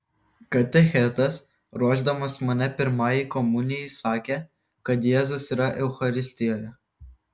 katechetas ruošdamas mane pirmajai komunijai sakė kad jėzus yra eucharistijoje